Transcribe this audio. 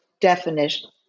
definition